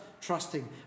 trusting